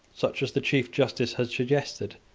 such as the chief justice had suggested,